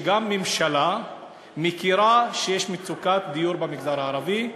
הממשלה מכירה בכך שיש מצוקת דיור במגזר הערבי,